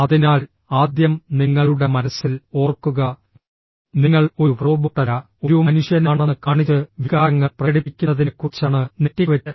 അതിനാൽ ആദ്യം നിങ്ങളുടെ മനസ്സിൽ ഓർക്കുക നിങ്ങൾ ഒരു റോബോട്ടല്ല ഒരു മനുഷ്യനാണെന്ന് കാണിച്ച് വികാരങ്ങൾ പ്രകടിപ്പിക്കുന്നതിനെക്കുറിച്ചാണ് നെറ്റിക്വെറ്റ്